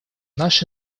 наше